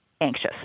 anxious